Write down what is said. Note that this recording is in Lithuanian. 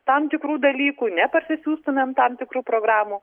tam tikrų dalykų neparsisiųstumėm tam tikrų programų